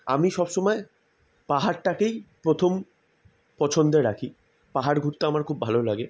আমি সব সময় পাহাড়টাকেই প্রথম পছন্দে রাখি পাহাড় ঘুরতে আমার খুব ভালো লাগে